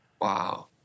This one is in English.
Wow